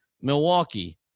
Milwaukee